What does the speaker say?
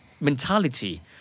mentality